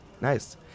Nice